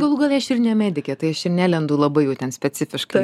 galų gale aš ir ne medikė tai aš ir nelendu labai jau ten specifiškai